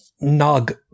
nog